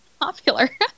popular